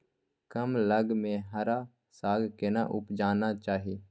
कम लग में हरा साग केना उपजाना चाही?